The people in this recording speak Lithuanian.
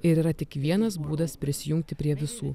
ir yra tik vienas būdas prisijungti prie visų